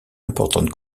importante